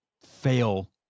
fail